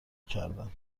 کردن